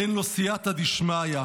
אין לו סייעתא דשמיא.